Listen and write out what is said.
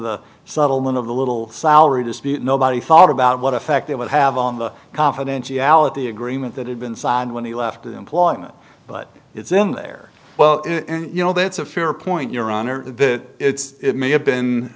the settlement of the little salary to speak nobody thought about what effect it would have on the confidentiality agreement that had been signed when he left employment but it's in there well you know that's a fair point your honor that it's may have been